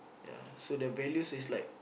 ya so the values is like